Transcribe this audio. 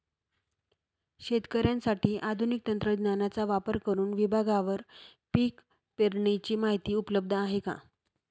शेतकऱ्यांसाठी आधुनिक तंत्रज्ञानाचा वापर करुन विभागवार पीक पेरणीची माहिती उपलब्ध आहे का?